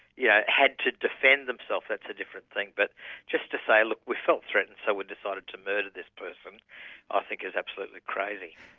yeah had to defend themself that's a different thing. but just to say, we felt threatened so we decided to murder this person i think is absolutely crazy.